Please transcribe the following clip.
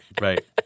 Right